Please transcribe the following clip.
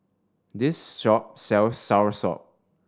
this shop sells soursop